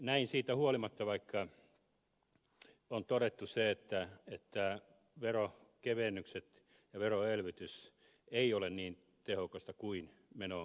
näin siitä huolimatta että on todettu se että verokevennykset ja veroelvytys ei ole niin tehokasta kuin menoelvytys